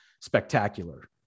spectacular